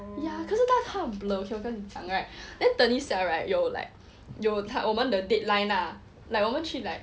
ya 可是他很 blur okay 我跟你讲 right then 等一下 right 有 like you 我们的 deadline ah like 我们去 like